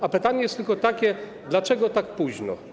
A pytanie jest tylko takie: Dlaczego tak późno?